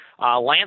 Lance